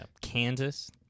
Kansas